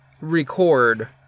record